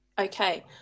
Okay